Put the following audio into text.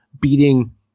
beating